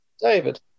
David